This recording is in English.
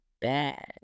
bad